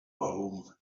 home